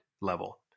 level